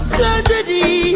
tragedy